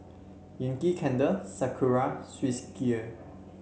Yankee Candle Sakura Swissgear